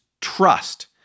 trust